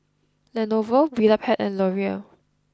Lenovo Vitapet and L'Oreal